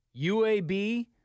UAB